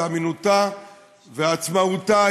אמינותה ועצמאותה,